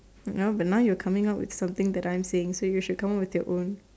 now but now you are coming out with something that I am saying so you should come out with your own